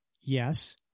Yes